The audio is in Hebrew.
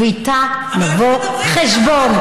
ואיתה נבוא חשבון.